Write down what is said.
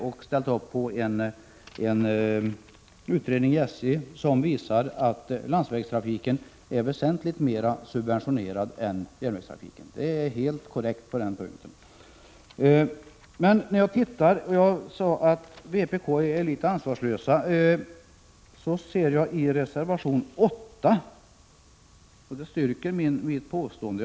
Jag har ställt upp på en utredning i SJ, som visar att landsvägstrafiken är väsentligt mer subventionerad än järnvägstrafiken. Jag sade att man i vpk är litet ansvarslös. Vad man säger i reservation 8 styrker det påståendet.